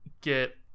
get